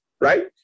Right